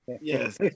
Yes